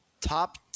top